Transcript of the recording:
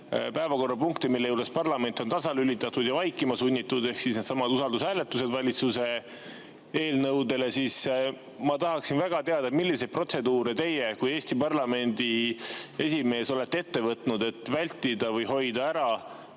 päevakorrapunkte, mille juures parlament on tasalülitatud ja vaikima sunnitud, ehk needsamad usaldushääletused valitsuse eelnõudele, ma tahaksin väga teada, milliseid protseduure teie kui Eesti parlamendi esimees olete ette võtnud, et vältida või hoida ära